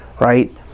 Right